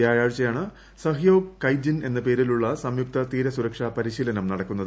വ്യാഴാഴ്ചയാണ് സഹ്യോഗ് കൈജിൻ എന്ന പേരിലുള്ള സംയുക്ത തീരസരുക്ഷാ പരിശീലനം നടക്കുന്നത്